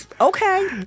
Okay